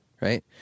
right